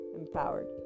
empowered